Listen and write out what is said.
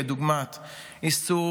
לדוגמה איסור